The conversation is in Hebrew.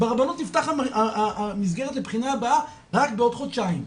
ברבנות נפתחת המסגרת לבחינה הבאה רק בעוד חודשיים,